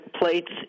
plates